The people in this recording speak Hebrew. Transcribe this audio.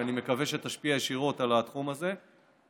שאני מקווה שתשפיע ישירות על התחום הזה.